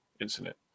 incident